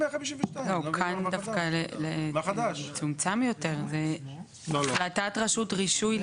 אני אקרא לזה צלצול אחרון לוועדה המקומית,